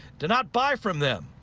do not buy from them.